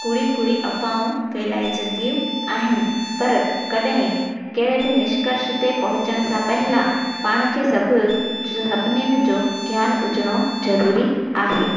कूड़ी कूड़ी अफवाऊं फैलाइजंदियूं आहिनि पर कॾहिं कहिड़े बि निश्कर्ष ते पहुंचण सां पहिरियों पाण खे सभु सभिनीनि जो ज्ञानु हुजिणो ज़रूरी आहे